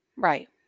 right